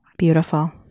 Beautiful